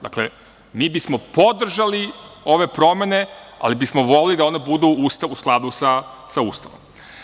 Dakle, mi bismo podržali ove promene, ali bismo voleli da one budu u skladu sa Ustavom.